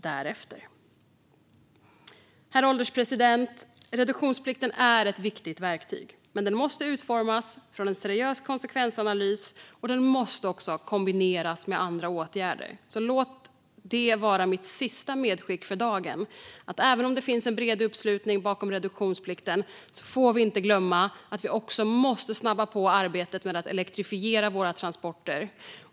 Herr ålderspresident! Reduktionsplikten är ett viktigt verktyg, men den måste utformas utifrån en seriös konsekvensanalys. Den måste också kombineras med andra åtgärder. Låt alltså det bli mitt sista medskick för dagen: Även om det finns en bred uppslutning bakom reduktionsplikten får vi inte glömma att vi även måste snabba på arbetet med att elektrifiera våra transporter.